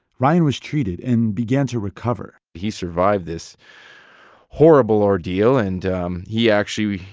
ryan was treated and began to recover he survived this horrible ordeal, and um he actually,